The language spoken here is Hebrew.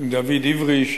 דוד עברי,